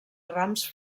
rams